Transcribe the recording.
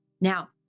Now